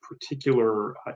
particular